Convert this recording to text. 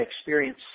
experience